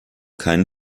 keinen